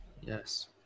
Yes